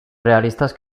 realistas